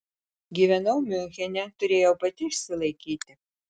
gyvenau miunchene turėjau pati išsilaikyti